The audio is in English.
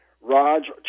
Raj